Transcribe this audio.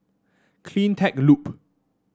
CleanTech Loop